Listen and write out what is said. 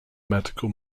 medical